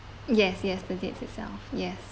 yes yes yes that's itself yes